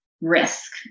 risk